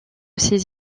ses